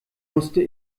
musste